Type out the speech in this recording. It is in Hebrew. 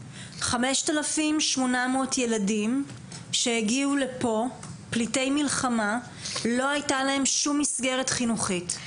5,800 ילדים שהגיעו לכאן פליטי מלחמה לא הייתה להם שום מסגרת חינוכית.